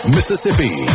Mississippi